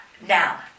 Now